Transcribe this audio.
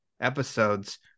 episodes